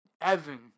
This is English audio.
Evan